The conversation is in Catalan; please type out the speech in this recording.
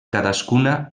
cadascuna